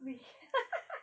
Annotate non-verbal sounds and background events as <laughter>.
we <laughs>